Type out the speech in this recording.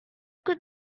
could